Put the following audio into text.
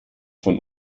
von